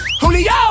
Julio